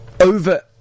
over